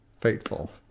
fateful